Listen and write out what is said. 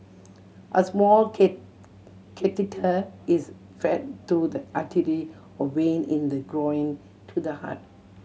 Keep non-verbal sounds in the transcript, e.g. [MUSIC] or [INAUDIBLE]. a small [UNINTELLIGIBLE] catheter is fed through the artery or vein in the groin to the heart